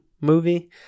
movie